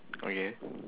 okay